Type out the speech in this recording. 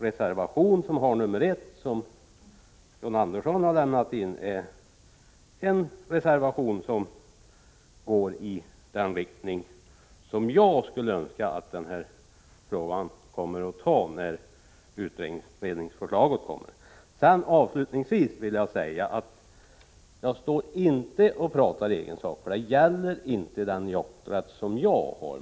Reservation nr 1, som John Andersson har lämnat in, går i den riktning som jag skulle önska att frågan kommer att behandlas i när utredningsförslaget kommer. Avslutningsvis vill jag säga: Jag pratar inte i egen sak, för det gäller inte den jakträtt som jag själv har.